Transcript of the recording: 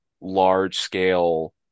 large-scale